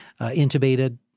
intubated